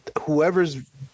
whoever's